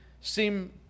seem